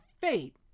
fate